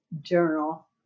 journal